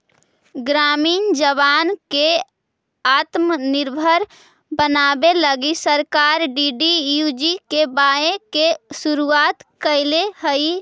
ग्रामीण जवान के आत्मनिर्भर बनावे लगी सरकार डी.डी.यू.जी.के.वाए के शुरुआत कैले हई